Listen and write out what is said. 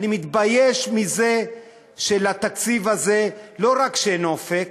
אני מתבייש בזה שלתקציב הזה לא רק שאין אופק,